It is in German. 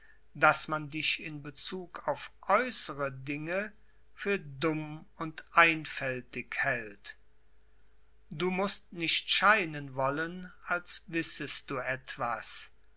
daß man dich in bezug auf äußere dinge für dumm und einfältig hält du mußt nicht scheinen wollen als wissest du etwas